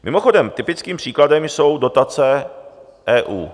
Mimochodem, typickým příkladem jsou dotace EU.